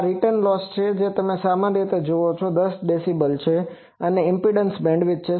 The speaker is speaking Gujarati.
આ રીટર્ન લોસ છે જે તમે સામાન્ય રીતે જુઓ છો 10 ડીબી છે એ ઇમ્પેડન્સ બેન્ડવિડ્થ છે